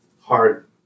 hard